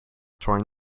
torn